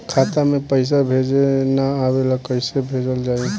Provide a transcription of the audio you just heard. खाता में पईसा भेजे ना आवेला कईसे भेजल जाई?